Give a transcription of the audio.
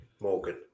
Morgan